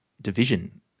division